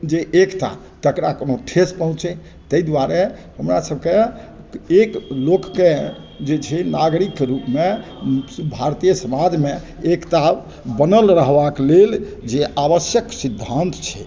जे एकता तकरा कोनो ठेस पहुँचै ताहि दुआरे हमरा सबके एक लोकके जे छै नागरिकके रूपमे भारतीय समाजमे एकता बनल रहबाक लेल जे आवश्यक सिद्धान्त छै